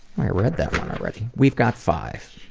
i read that one already. we've got five.